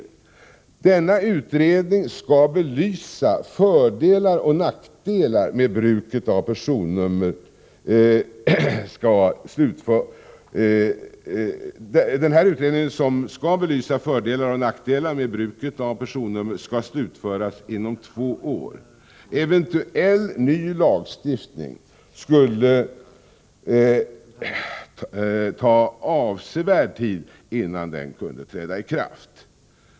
é Denna utredning, som skall belysa fördelar och nackdelar med bruket av personnummer, skall slutföras inom två år. Det skulle ta avsevärd tid innan en eventuell ny lagstiftning kunde träda i kraft.